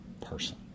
person